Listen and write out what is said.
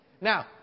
Now